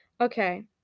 okay